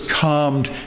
calmed